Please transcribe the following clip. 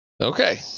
okay